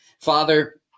Father